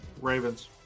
Ravens